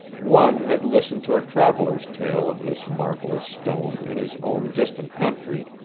one had listened to a traveller's tale of this marvellous stone in his own distant country,